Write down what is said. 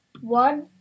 one